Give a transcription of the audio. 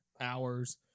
hours